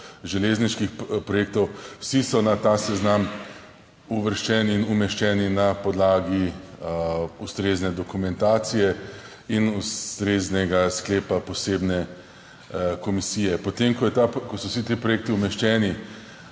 železniških projektov. Vsi so na ta seznam uvrščeni in umeščeni na podlagi ustrezne dokumentacije in ustreznega sklepa posebne komisije, potem, ko so vsi ti projekti umeščeni